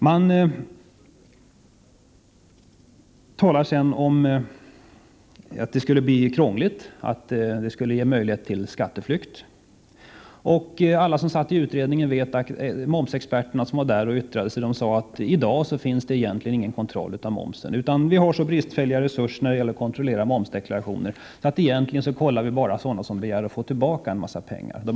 Man talar sedan om att det skulle bli krångligt och ge möjlighet till skatteflykt. Men alla som satt i utredningen vet att de momsexperter som var där och yttrade sig sade att det i dag egentligen inte finns någon kontroll av momsen. Man har så bristfälliga resurser när det gäller att kontrollera momsdeklarationer att man faktiskt bara kontrollerar dem som begär att få tillbaka en mängd pengar.